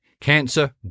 Cancer